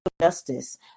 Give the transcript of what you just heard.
justice